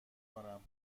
کنم